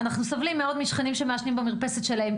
אנחנו סובלים מאוד משכנים שמעשנים במרפסת שלהם,